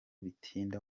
bitinda